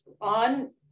On